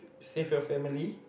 save your family